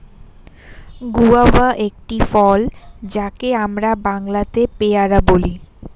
guava একটি ফল যাকে আমরা বাংলাতে পেয়ারা বলি